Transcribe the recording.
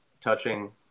touching